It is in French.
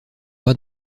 pas